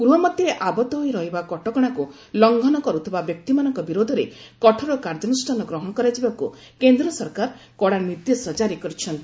ଗୃହ ମଧ୍ୟରେ ଆବଦ୍ଧ ହୋଇ ରହିବା କଟକଣାକୁ ଲଙ୍ଘନ କର୍ଥିବା ବ୍ୟକ୍ତିମାନଙ୍କ ବିରୋଧରେ କଠୋର କାର୍ଯ୍ୟାନୁଷ୍ଠାନ ଗ୍ରହଣ କରାଯିବାକୁ କେନ୍ଦ୍ର ସରକାର କଡ଼ା ନିର୍ଦ୍ଦେଶ ଜାରି କରିଛନ୍ତି